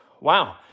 wow